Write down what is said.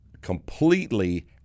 completely